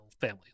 family